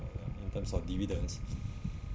in terms of dividends